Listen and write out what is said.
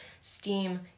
STEAM